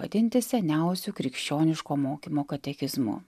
vadinti seniausiu krikščioniško mokymo katekizmu